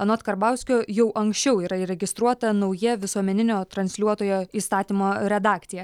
anot karbauskio jau anksčiau yra įregistruota nauja visuomeninio transliuotojo įstatymo redakcija